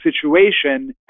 situation